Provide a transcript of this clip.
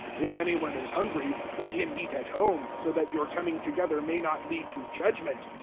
if any one is hungry, let him eat at home so that your coming together may not lead to judgement.